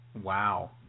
Wow